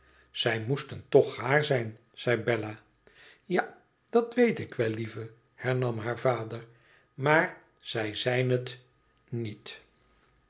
tzij moesten toch gaar zijn zei bella tja dat weet ik wel lieve hernam haar vader tmaar zij zijn het niet